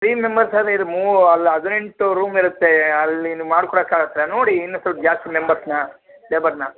three members ಆದರೆ ಇದು ಮೂ ಅಲ್ಲ ಹದಿನೆಂಟು ರೂಮ್ ಇರುತ್ತೆ ಅಲ್ಲಿ ನೀವು ಮಾಡ್ಕೊಳಕ್ಕೆ ಆಗತ್ತಾ ನೋಡಿ ಇನ್ನು ಸೊಲ್ಪ ಜಾಸ್ತಿ ಮೆಂಬರ್ಸ್ನ ಲೇಬರ್ನ